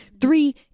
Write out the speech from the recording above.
Three